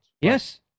yes